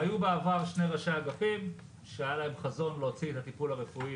היו בעבר שני ראשי אגפים שהיה להם חזון להוציא את הטיפול הרפואי